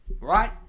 right